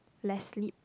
less sleep